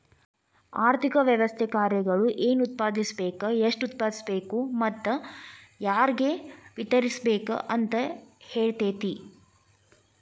ಆರ್ಥಿಕ ವ್ಯವಸ್ಥೆ ಕಾರ್ಯಗಳು ಏನ್ ಉತ್ಪಾದಿಸ್ಬೇಕ್ ಎಷ್ಟು ಉತ್ಪಾದಿಸ್ಬೇಕು ಮತ್ತ ಯಾರ್ಗೆ ವಿತರಿಸ್ಬೇಕ್ ಅಂತ್ ಹೇಳ್ತತಿ